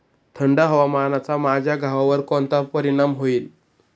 थंड हवामानाचा माझ्या गव्हावर कोणता परिणाम होईल?